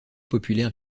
populaire